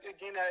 Again